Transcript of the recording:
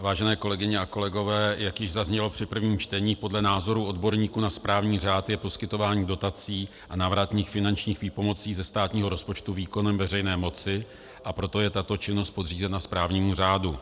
Vážené kolegyně a kolegové, jak již zaznělo při prvém čtení, podle názorů odborníků na správní řád je poskytování dotací a návratných finančních výpomocí ze státního rozpočtu výkonem veřejné moci, a proto je tato činnost podřízena správnímu řádu.